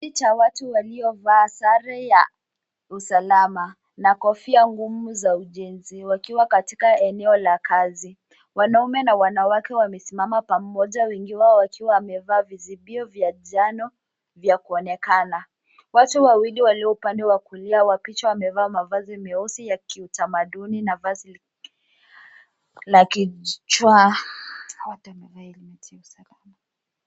Picha ya watu waliovaa sare ya usalama na kofia ngumu za ujenzi wakiwa katika eneo la kazi. Wanaume na wanawake wamesimama pamoja wengi wao wakiwa wamevaa vizibio vya njano vya kuonekana. Watu wawili walio upande wa kulia wa picha wamevaa mavazi meusi ya kiutamaduni na vazi la kichwa.